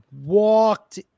walked